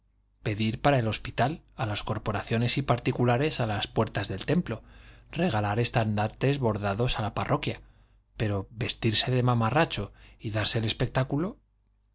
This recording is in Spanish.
pedir para el hospital a las corporaciones y particulares a las puertas del templo regalar estandartes bordados a la parroquia pero vestirse de mamarracho y darse en espectáculo